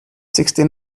sixty